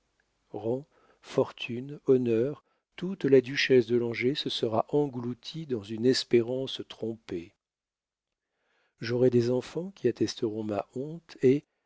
rang fortune honneur toute la duchesse de langeais se sera engloutie dans une espérance trompée j'aurai des enfants qui attesteront ma honte et